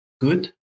good